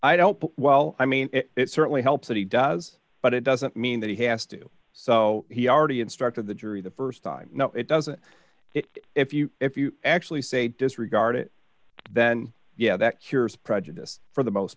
i don't feel well i mean it certainly helps that he does but it doesn't mean that he has to do so he already instructed the jury the st time no it doesn't it if you if you actually say disregard it then yeah that cures prejudice for the most